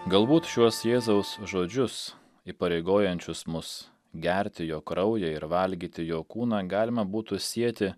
galbūt šiuos jėzaus žodžius įpareigojančius mus gerti jo kraują ir valgyti jo kūną galima būtų sieti